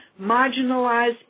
marginalized